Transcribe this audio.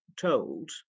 told